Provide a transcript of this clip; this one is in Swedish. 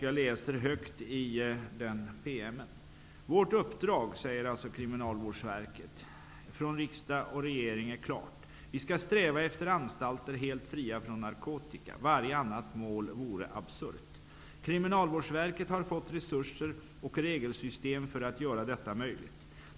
Jag läser högt ur denna PM: ''Vårt uppdrag från riksdag och regering är klart. Vi skall sträva efter anstalter helt fria från narkotika. Varje annat mål vore absurt. Kriminalvårdsverket har fått resurser och regelsystem för att göra detta möjligt.